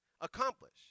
accomplish